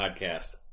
podcast